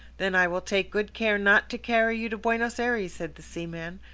then i will take good care not to carry you to buenos ayres, said the seaman.